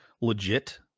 legit